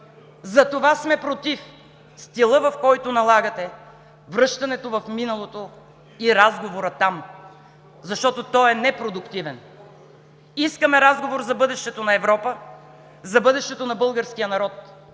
Затова сме против стила, с който налагате връщането в миналото и разговора там, защото той е непродуктивен! Искаме разговор за бъдещето на Европа, за бъдещето на българския народ